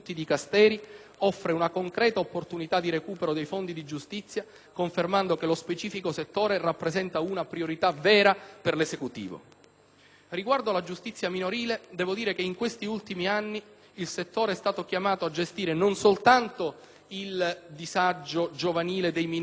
offre una concreta opportunità di recupero di fondi alla Giustizia, confermando che lo specifico settore rappresenta una priorità vera per l'Esecutivo. Riguardo alla giustizia minorile, devo dire che in questi ultimi anni il settore è stato chiamato a gestire non soltanto il disagio giovanile dei minori italiani,